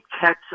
catch